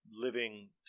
Living